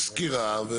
יש סקירה,